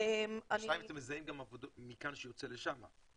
השאלה אם אתם מזהים גם מכאן שיוצא לשם?